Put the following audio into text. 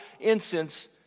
incense